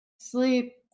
sleep